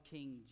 King